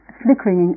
flickering